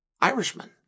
Irishman